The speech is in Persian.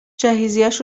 جهیزیهش